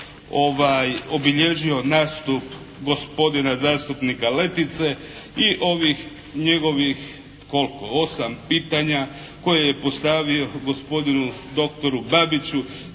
obilježio nastup gospodina zastupnika Letice i ovih njegovih koliko osam pitanja, koje je postavio gospodinu doktoru Babiću,